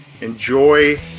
Enjoy